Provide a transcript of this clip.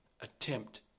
attempt